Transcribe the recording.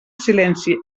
silenci